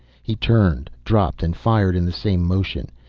he turned, dropped and fired in the same motion.